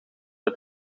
uit